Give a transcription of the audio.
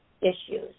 issues